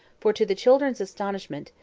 for, to the children's astonishment,